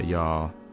y'all